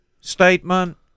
statement